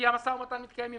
כי המשא ומתן מתקיים ממילא.